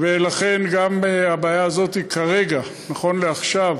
ולכן גם הבעיה הזאת, כרגע, נכון לעכשיו,